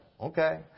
okay